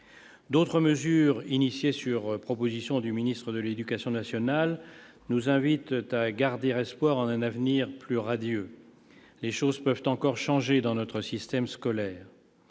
D'autres mesures, lancées sur la proposition du ministre de l'éducation nationale, nous invitent à garder espoir en un avenir plus radieux. Les choses peuvent encore changer dans notre système scolaire